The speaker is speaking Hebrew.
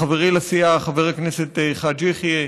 ולחברי לסיעה חבר הכנסת חאג' יחיא,